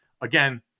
again